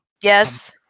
Yes